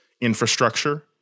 infrastructure